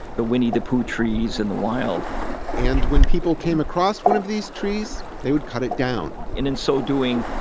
the winnie-the-pooh trees in the wild and when people came across one of these trees, they would cut it down in in so doing,